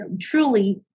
truly